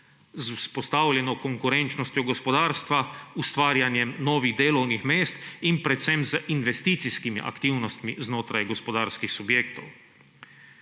z vzpostavljeno konkurenčnostjo gospodarstva, ustvarjanjem novih delovnih mest in predvsem z investicijskimi aktivnostmi znotraj gospodarskih subjektov?